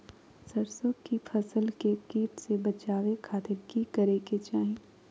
सरसों की फसल के कीट से बचावे खातिर की करे के चाही?